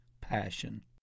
passion